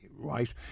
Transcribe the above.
Right